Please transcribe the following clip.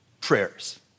prayers